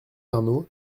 arnau